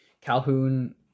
Calhoun